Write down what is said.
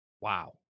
Wow